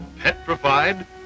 petrified